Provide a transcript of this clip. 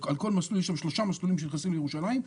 יש שם שלושה מסלולים שנכנסים לירושלים,